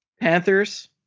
Panthers